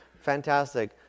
fantastic